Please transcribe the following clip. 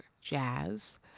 Jazz